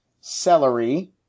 celery